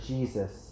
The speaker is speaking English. Jesus